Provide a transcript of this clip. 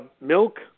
milk